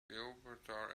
gibraltar